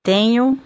Tenho